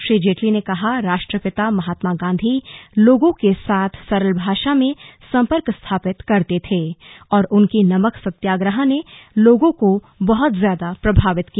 श्री जेटली ने कहा राष्ट्रपिता महात्मा गांधी लोगों के साथ सरल भाषा में संपर्क स्थापित करते थे और उनकी नमक सत्याग्रह ने लोगों को बहुत ज्यादा प्रभावित किया